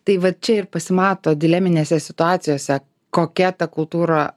tai va čia ir pasimato dileminėse situacijose kokia ta kultūra